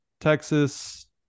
Texas –